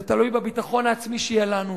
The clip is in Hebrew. זה תלוי בביטחון העצמי שיהיה לנו,